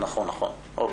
נכון, נכון.